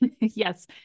Yes